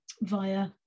via